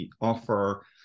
offer